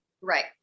right